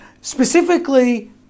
specifically